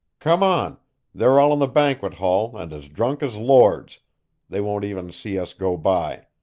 come on they're all in the banquet hall and as drunk as lords they won't even see us go by.